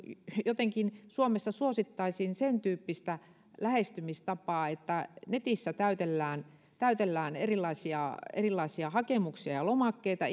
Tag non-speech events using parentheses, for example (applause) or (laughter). jotenkin suosittaisiin sentyyppistä lähestymistapaa että netissä täytellään täytellään erilaisia erilaisia hakemuksia ja lomakkeita (unintelligible)